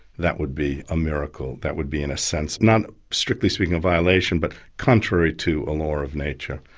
that would be a miracle, that would be in a sense, not strictly speaking a violation, but contrary to a law of nature.